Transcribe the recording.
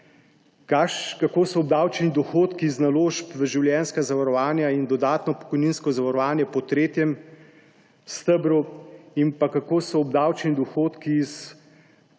kako so obdavčeni dohodki iz naložb v življenjska zavarovanja in dodatno pokojninsko zavarovanje po tretjem stebru in kako so obdavčeni dohodki iz